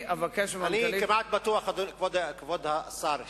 כבוד השר,